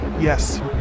Yes